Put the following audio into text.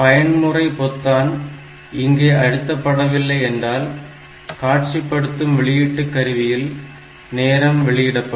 பயன்முறை பொத்தான் இங்கே அழுத்த படவில்லை என்றால் காட்சிப்படுத்தும் வெளியீட்டு கருவியில் நேரம் வெளியிடப்படும்